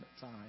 time